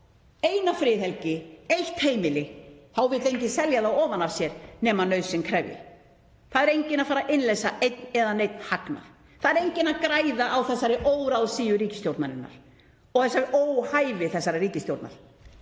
eina friðhelgi, eitt heimili, þá vill enginn selja hana ofan af sér nema nauðsyn krefji. Það er enginn að fara að innleysa einn eða neinn hagnað. Það er enginn að græða á þessari óráðsíu ríkisstjórnarinnar og þessu óhæfi þessarar ríkisstjórnar,